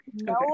no